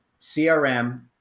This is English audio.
CRM